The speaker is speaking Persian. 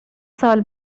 سال